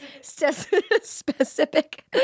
specific